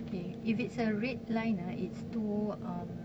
K if it's a red line ah and it's too um